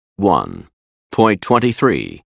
1.23